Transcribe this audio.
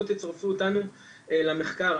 בואו תצרפו אותנו למחקר.